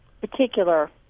particular